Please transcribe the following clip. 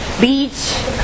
Beach